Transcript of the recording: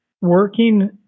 working